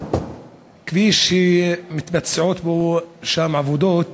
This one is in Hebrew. כביש שמתבצעות בו עבודות